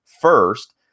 first